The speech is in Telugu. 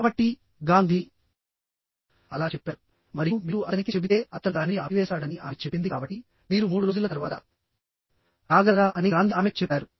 కాబట్టిగాంధీ అలా చెప్పారు మరియు మీరు అతనికి చెబితేఅతను దానిని ఆపివేస్తాడని ఆమె చెప్పింది కాబట్టి మీరు 3 రోజుల తర్వాత రాగలరా అని గాంధీ ఆమెకు చెప్పారు